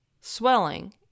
swelling